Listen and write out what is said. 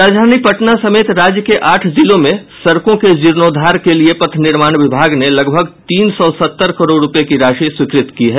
राजधानी पटना समेत राज्य के आठ जिलों में सड़कों के जीर्णोद्वार के लिये पथ निर्माण विभाग ने लगभग तीन सौ सत्तर करोड़ रूपये की राशि की स्वीकृति दी है